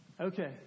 Okay